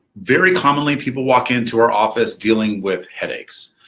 very commonly people walk into our office dealing with headaches.